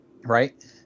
right